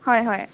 হয় হয়